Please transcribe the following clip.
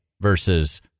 versus